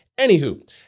Anywho